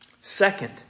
Second